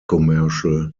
commercial